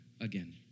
again